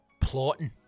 plotting